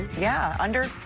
yeah. under